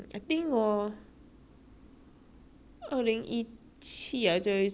二零一七年 ah 最后一次我染过头发后就没有了